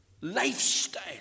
lifestyle